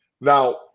Now